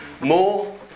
more